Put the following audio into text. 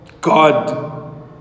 God